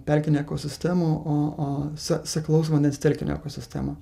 pelkinę ekosistemą o o se seklaus vandens telkinio ekosistemą